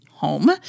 home